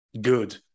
good